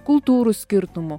kultūrų skirtumų